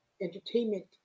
entertainment